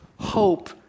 Hope